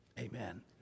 Amen